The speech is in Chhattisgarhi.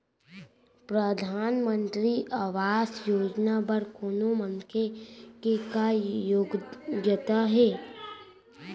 परधानमंतरी आवास योजना बर कोनो मनखे के का योग्यता हे?